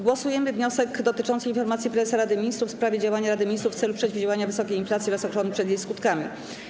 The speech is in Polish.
Głosujemy nad wnioskiem dotyczącym informacji prezesa Rady Ministrów w sprawie działań Rady Ministrów w celu przeciwdziałania wysokiej inflacji oraz ochrony przed jej skutkami.